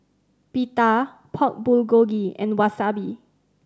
Pita Pork Bulgogi and Wasabi